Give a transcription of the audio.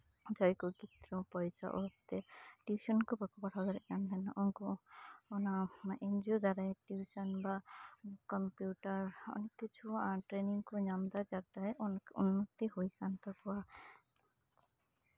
ᱡᱟᱦᱟᱸᱭ ᱠᱚ ᱜᱤᱫᱽᱨᱟᱹ ᱯᱚᱭᱥᱟ ᱚᱵᱷᱟᱵ ᱛᱮ ᱴᱤᱭᱩᱥᱚᱱ ᱠᱚ ᱵᱟᱠᱚ ᱯᱟᱲᱦᱟᱣ ᱫᱟᱲᱮᱭᱟᱜ ᱠᱟᱱ ᱛᱟᱦᱮᱱᱟ ᱩᱱᱠᱩ ᱚᱱᱟ ᱮᱱᱡᱤᱭᱳ ᱫᱟᱨᱟᱭᱛᱮ ᱴᱤᱭᱩᱥᱚᱱ ᱵᱟ ᱠᱚᱢᱯᱤᱭᱩᱴᱟᱨ ᱚᱱᱮ ᱠᱤᱪᱷᱩ ᱴᱨᱮᱱᱤᱝ ᱠᱚ ᱧᱟᱢ ᱫᱟ ᱡᱟᱛᱮ ᱚᱱᱮᱠ ᱩᱱᱱᱚᱛᱤ ᱦᱩᱭ ᱠᱟᱱ ᱛᱟᱠᱚᱣᱟ